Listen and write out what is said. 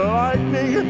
lightning